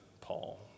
Paul